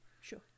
sure